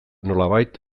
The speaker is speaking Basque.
nolabait